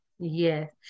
Yes